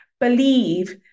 believe